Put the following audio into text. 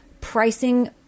pricing